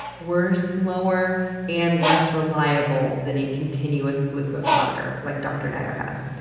were slower and less reliable than a continuous glucose monitor like dr. natter has.